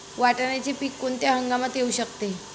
वाटाण्याचे पीक कोणत्या हंगामात येऊ शकते?